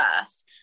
first